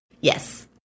Yes